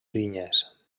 vinyes